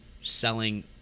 selling